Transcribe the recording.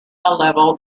level